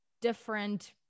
different